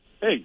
Hey